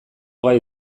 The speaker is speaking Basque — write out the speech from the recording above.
gai